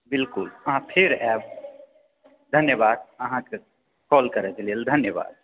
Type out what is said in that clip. बिल्कुल अहाँ फेर आएब धन्यवाद अहाँकेँ कोल करै कऽ लेल धन्यवाद